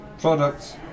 products